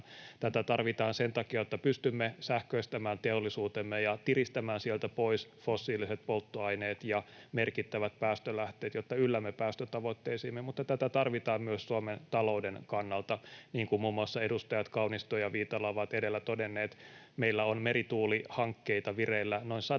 Tätä tarvitaan sen takia, että pystymme sähköistämään teollisuutemme ja tiristämään sieltä pois fossiiliset polttoaineet ja merkittävät päästölähteet, jotta yllämme päästötavoitteisiimme, mutta tätä tarvitaan myös Suomen talouden kannalta. Niin kuin muun muassa edustajat Kaunisto ja Viitala ovat edellä todenneet, meillä on merituulihankkeita vireillä noin 100